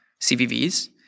CVVs